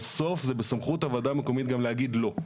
בסוף זה בסמכות הוועדה המקומית גם להגיד לא.